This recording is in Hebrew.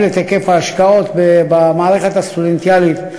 את היקף ההשקעות במערכת הסטודנטיאלית.